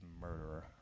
murderer